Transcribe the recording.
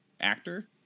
actor